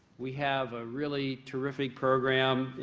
we have a really terrific program.